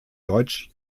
deutsch